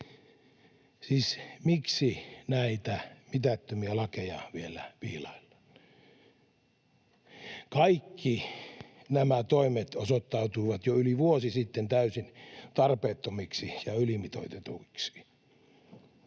Siis miksi näitä mitättömiä lakeja vielä viilaillaan? Kaikki nämä toimet osoittautuivat jo yli vuosi sitten täysin tarpeettomiksi ja ylimitoitetuiksi.